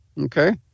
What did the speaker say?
Okay